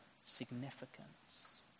significance